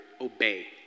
obey